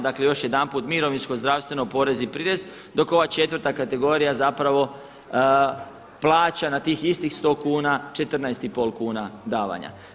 Dakle, još jedanput mirovinsko, zdravstveno, porez i prirez dok ova četvrta kategorija zapravo plaća na tih istih 100 kuna 14 i pol kuna davanja.